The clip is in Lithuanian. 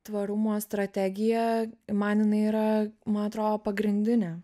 tvarumo strategija man jinai yra man atrodo pagrindinė